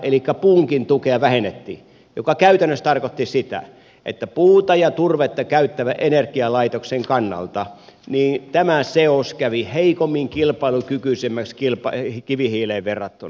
elikkä puunkin tukea vähennettiin mikä käytännössä tarkoitti sitä että puuta ja turvetta käyttävän energialaitoksen kannalta tämä seos kävi heikommin kilpailukykyiseksi kivihiileen verrattuna